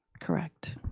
correct.